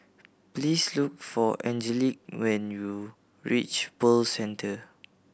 please look for Angelic when you reach Pearl Centre